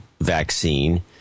vaccine